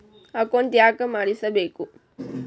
Account ಯಾಕ್ ಮಾಡಿಸಬೇಕು?